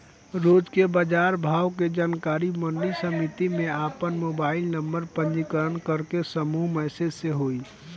रोज के बाजार भाव के जानकारी मंडी समिति में आपन मोबाइल नंबर पंजीयन करके समूह मैसेज से होई?